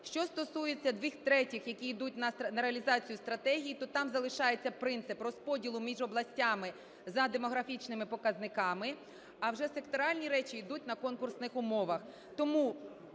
Що стосується двох третіх, які йдуть на реалізацію стратегії, то там залишається принцип розподілу між областями за демографічними показниками, а вже секторальні речі йдуть на конкурсних умовах.